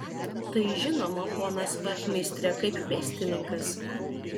tai žinoma ponas vachmistre kaip pėstininkas